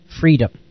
freedom